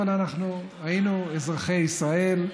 אבל אנחנו היינו אזרחי ישראל,